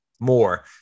more